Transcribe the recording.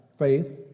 Faith